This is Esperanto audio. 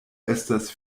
estas